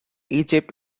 egypt